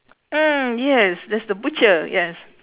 mm yes that's the butcher yes